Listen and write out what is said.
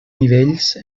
nivells